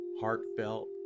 heartfelt